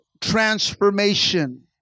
transformation